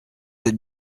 êtes